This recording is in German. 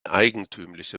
eigentümliche